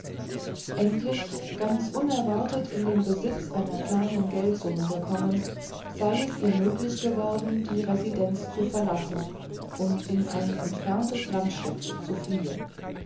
endlich ganz unerwartet in den besitz einer kleinen geldsumme gekommen sei es ihr möglich geworden die residenz zu verlassen und in ein entferntes landstädtchen zu fliehen